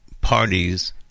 parties